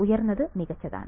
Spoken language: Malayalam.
ഉയർന്നത് മികച്ചതാണ്